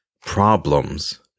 problems